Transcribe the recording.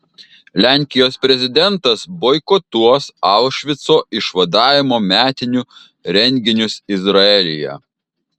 lenkijos prezidentas boikotuos aušvico išvadavimo metinių renginius izraelyje